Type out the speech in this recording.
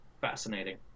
Fascinating